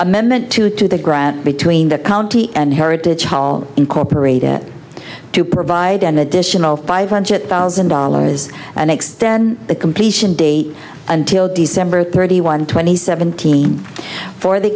amendment two to the ground between the county and heritage hall incorporate it to provide an additional five hundred thousand dollars and extend the completion date until december thirty one twenty seven team for the